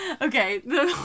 Okay